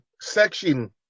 section